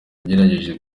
nagerageje